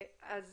אז